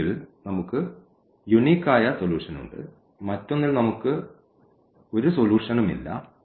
ഒരു കേയ്സിൽ നമുക്ക് യൂനിക് ആയ സൊലൂഷൻ ഉണ്ട് മറ്റൊന്നിൽ നമുക്ക് ഇവിടെ സൊലൂഷന് ഇല്ല